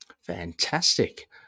fantastic